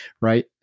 Right